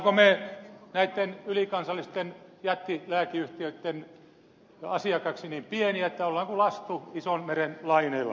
olemmeko me näitten ylikansallisten jättilääkeyhtiöitten asiakkaiksi niin pieniä että olemme kuin lastu ison meren laineilla